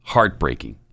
Heartbreaking